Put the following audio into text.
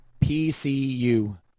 PCU